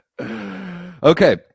Okay